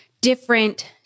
different